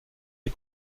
des